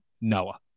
Noah